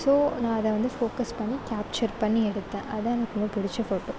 so நான் அதை வந்து ஃபோக்கஸ் பண்ணி கேப்ச்சர் பண்ணி எடுத்தேன் அதான் எனக்கு ரொம்ப பிடிச்ச ஃபோட்டோ